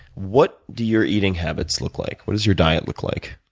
what do your eating habits look like? what does your diet look like?